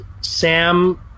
Sam